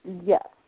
Yes